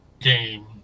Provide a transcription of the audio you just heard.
game